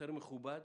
יותר מכובד.